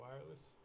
wireless